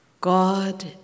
God